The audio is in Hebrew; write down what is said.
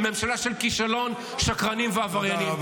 ממשלה של כישלון, שקרנים ועבריינים.